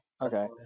Okay